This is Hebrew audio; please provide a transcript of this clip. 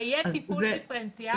זה יהיה טיפול דיפרנציאלי?